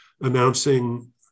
announcing